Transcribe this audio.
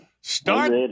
Start